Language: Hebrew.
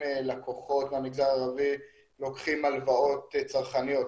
לקוחות מהמגזר הערבי לוקחים הלוואות צרכניות,